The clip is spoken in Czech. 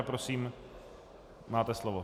Prosím, máte slovo.